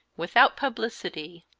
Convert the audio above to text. without publicity,